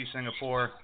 Singapore